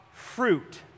fruit